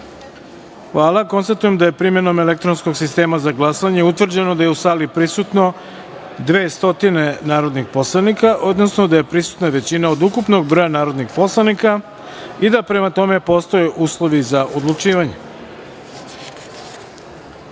jedinice. Hvala. Konstatujem da je primenom elektronskog sistema za glasanje utvrđeno da je u sali prisutno 200 narodnih poslanika, odnosno da je prisutna većina od ukupnog broja narodnih poslanika i da, prema tome, postoje uslovi za odlučivanje. Prva